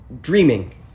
dreaming